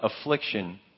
affliction